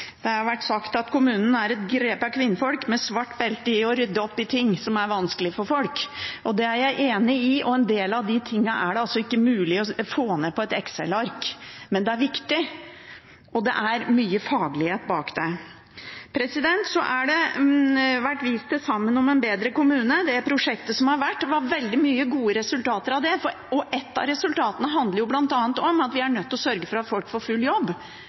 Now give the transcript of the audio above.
Det har vært sagt at kommunen er et grepa kvinnfolk med svart belte i å rydde opp i ting som er vanskelig for folk, og det er jeg enig i, og en del av de tingene er det altså ikke mulig å få ned på et Excel-ark. Men det er viktig, og det er mye faglighet bak det. Så har det vært vist til prosjektet «Saman om ein betre kommune». Det var veldig mange gode resultater av det, og et av resultatene handler bl.a. om at vi er nødt til å sørge for at folk får full jobb,